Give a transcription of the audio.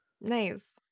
Nice